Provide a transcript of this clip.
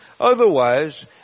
Otherwise